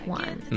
one 。